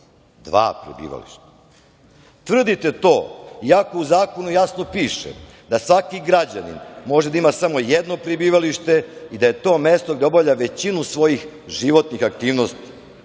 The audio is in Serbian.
dva prebivališta. Tvrdite to i ako u zakonu jasno piše da svaki građanin može da ima samo jedno prebivalište i da je to mesto gde obavlja većinu svojih životnih aktivnosti.